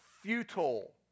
futile